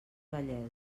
vellesa